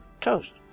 toast